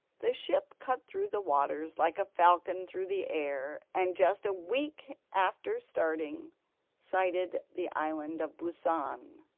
the ship cut through the waters like a falcon through the air, and just a week after starting sighted the island of busan.